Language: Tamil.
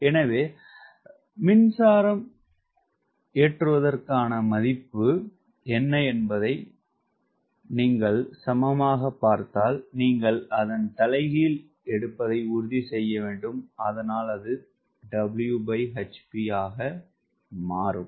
எனவே பவர் லோடிங் மதிப்பு என்ன என்பதை நீங்கள் சமமாகப் பார்த்தால் நீங்கள் அதன் தலைகீழ் எடுப்பதை உறுதி செய்ய வேண்டும் அதனால் அது W hp ஆக மாறும்